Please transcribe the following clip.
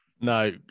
No